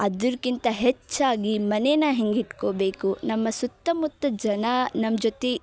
ಅದಕ್ಕಿಂತ ಹೆಚ್ಚಾಗಿ ಮನೆನ ಹೆಂಗೆ ಇಟ್ಕೊಬೇಕು ನಮ್ಮ ಸುತ್ತಮುತ್ತ ಜನ ನಮ್ಮ ಜೊತೆ